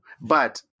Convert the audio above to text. but-